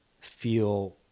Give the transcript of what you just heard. feel